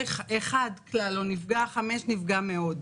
1 כלל לא נפגע, 5 נפגע מאוד.